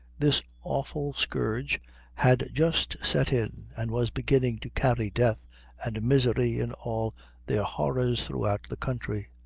this awful scourge had just set in, and was beginning to carry death and misery in all their horrors throughout the country.